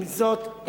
עם זאת,